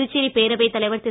புதுச்சேரி பேரவைத்தலைவர் திரு